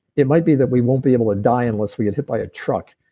it might be that we won't be able to die unless we get hit by a truck,